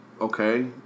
okay